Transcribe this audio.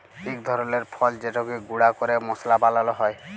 ইক ধরলের ফল যেটকে গুঁড়া ক্যরে মশলা বালাল হ্যয়